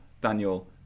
Daniel